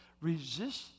Resist